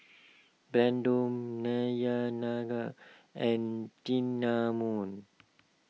Brandon Dayanara and Cinnamon